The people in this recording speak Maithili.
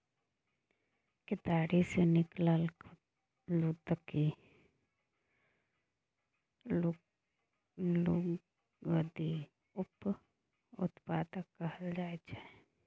केतारी सँ निकलल लुगदी उप उत्पाद कहल जाइ छै